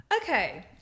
okay